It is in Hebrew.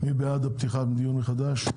מי בעד פתיחת הדיון מחדש?